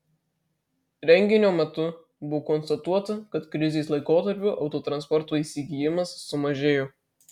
renginio metu buvo konstatuota kad krizės laikotarpiu autotransporto įsigijimas sumažėjo